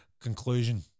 Conclusion